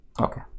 okay